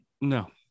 No